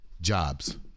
jobs